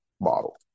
model